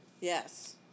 Yes